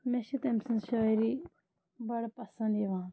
مےٚ چھِ تٔمۍ سٕنٛز شٲعری بَڑٕ پَسنٛد یِوان